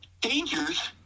Dangers